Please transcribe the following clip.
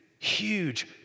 huge